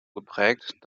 geprägt